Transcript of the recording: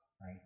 right